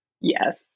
Yes